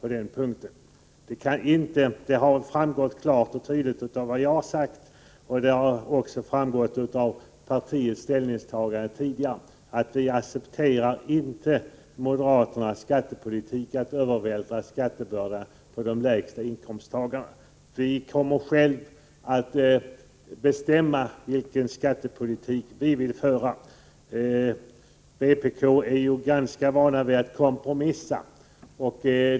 Av vad jag har sagt har det klart och tydligt framgått, liksom också av centerpartiets ställningstagande tidigare, att vi inte accepterar moderaternas skattepolitik, som innebär att skattebördan övervältras på de lägsta inkomsttagarna. Vi kommer själva att bestämma vilken skattepolitik vi vill föra. Vpk är ganska vant vid att kompromissa.